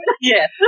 Yes